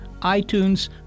iTunes